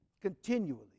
Continually